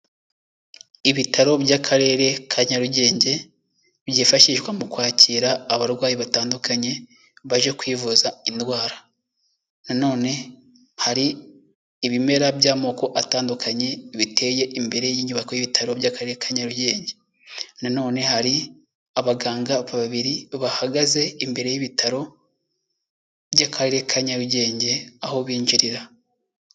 Ibitaro by'akarere ka Nyarugenge, byifashishwa mu kwakira abarwayi batandukanye baje kwivuza indwara, nanone hari ibimera by'amoko atandukanye biteye imbere y'inyubako y'ibitaro by'akarere ka Nyarugenge, nanone hari abaganga babiri bahagaze imbere y'ibitaro by'akarere ka Nyarugenge aho binjirira.